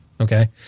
okay